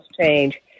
change